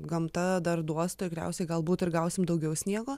gamta dar duos tikriausiai galbūt gausim daugiau sniego